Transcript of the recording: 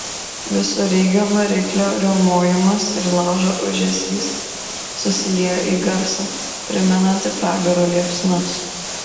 visureigio variklio riaumojimas ir laužo ūžesys susiliejo į garsą primenantį pragaro liepsnas